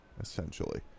essentially